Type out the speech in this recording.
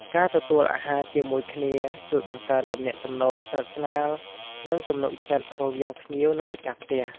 ការទទួលអាហារជាមួយគ្នាជួយបង្កើនទំនាក់ទំនងស្និតស្នាល និងទំនុកចិត្តរវាងភ្ញៀវ និង ម្ចាស់ផ្ទះ។